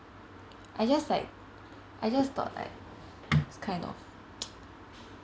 I just like I just thought like it's kind of